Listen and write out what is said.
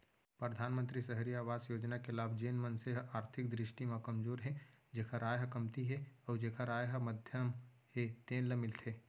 परधानमंतरी सहरी अवास योजना के लाभ जेन मनसे ह आरथिक दृस्टि म कमजोर हे जेखर आय ह कमती हे अउ जेखर आय ह मध्यम हे तेन ल मिलथे